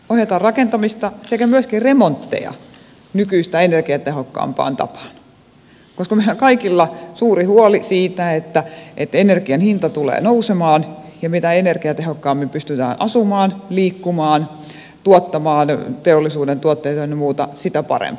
ohjataan rakentamista sekä myöskin remontteja nykyistä energiatehokkaampaan tapaan koska meillä kaikilla on suuri huoli siitä että energian hinta tulee nousemaan ja mitä energiatehokkaammin pystytään asumaan liikkumaan tuottamaan teollisuuden tuotteita ynnä muuta sitä parempi